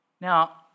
Now